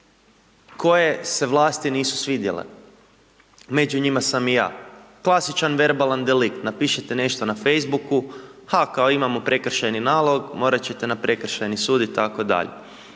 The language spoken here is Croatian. koje se vlasti nisu svidjele, među njima sam i ja. Klasičan verbalan delikt, napišete nešto na facebooku, ha, kao imamo prekršajni nalog, morati ćete na Prekršajni sud itd..